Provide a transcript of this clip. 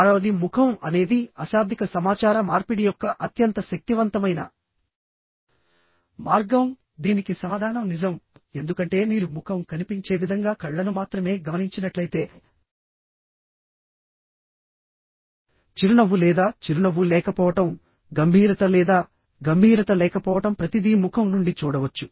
ఆరవది ముఖం అనేది అశాబ్దిక సమాచార మార్పిడి యొక్క అత్యంత శక్తివంతమైన మార్గం దీనికి సమాధానం నిజంఎందుకంటే మీరు ముఖం కనిపించే విధంగా కళ్ళను మాత్రమే గమనించినట్లయితేచిరునవ్వు లేదా చిరునవ్వు లేకపోవడం గంభీరత లేదా గంభీరత లేకపోవడం ప్రతిదీ ముఖం నుండి చూడవచ్చు